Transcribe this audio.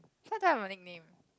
so I don't have a nickname